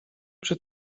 przy